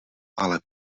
ale